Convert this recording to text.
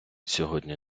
сьогодні